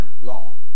law